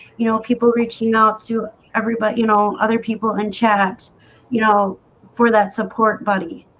you know people reaching out to everybody, you know other people in chats you know for that support buddy,